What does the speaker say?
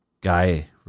Guy